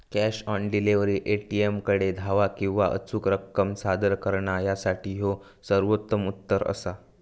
cash on delivery, ए.टी.एमकडे धाव किंवा अचूक रक्कम सादर करणा यासाठी ह्यो सर्वोत्तम उत्तर असा